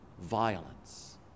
violence